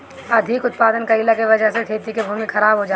अधिक उत्पादन कइला के वजह से खेती के भूमि खराब हो जाला